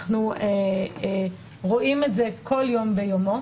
אנחנו רואים את זה כל יום ביומו.